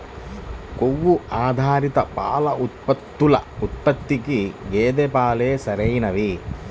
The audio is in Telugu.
కొవ్వు ఆధారిత పాల ఉత్పత్తుల ఉత్పత్తికి గేదె పాలే సరైనవి